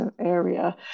area